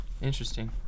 Interesting